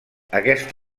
aquest